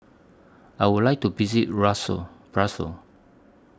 I Would like to visit Brussels